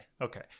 okay